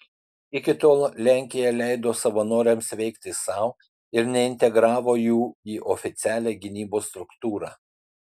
iki tol lenkija leido savanoriams veikti sau ir neintegravo jų į oficialią gynybos struktūrą